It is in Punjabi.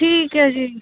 ਠੀਕ ਹੈ ਜੀ